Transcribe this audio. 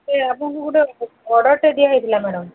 ସେ ଆପଣଙ୍କୁ ଗୋଟେ ଅର୍ଡରଟେ ଦିଆ ହୋଇଥିଲା ମ୍ୟାଡମ୍